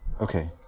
Okay